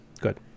good